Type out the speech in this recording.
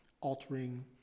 altering